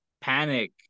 panic